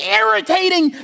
irritating